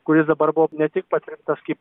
kuris dabar buvo ne tik patvirtintas kaip